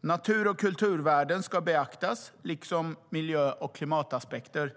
Natur och kulturvärden ska beaktas liksom miljö och klimataspekter.